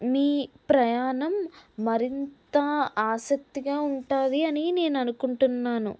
మీ ప్రయాణం మరింత ఆసక్తిగా ఉంటుంది అని నేను అనుకుంటున్నాను